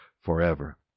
forever